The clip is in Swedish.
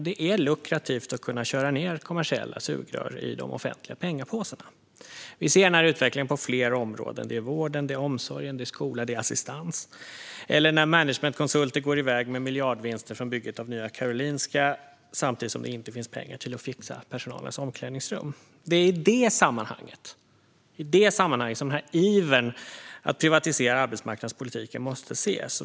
Det är lukrativt att kunna köra ned kommersiella sugrör i de offentliga pengapåsarna. Vi ser denna utveckling på flera områden: vård, omsorg, skola och assistans, eller när managementkonsulter går i väg med miljardvinster från bygget av Nya Karolinska samtidigt som det inte finns pengar till att fixa personalens omklädningsrum. Det är i detta sammanhang som ivern att privatisera arbetsmarknadspolitiken måste ses.